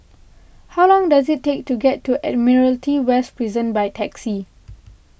how long does it take to get to Admiralty West Prison by taxi